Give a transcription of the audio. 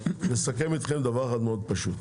לסכם אתכם דבר אחד מאוד פשוט.